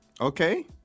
Okay